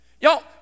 Y'all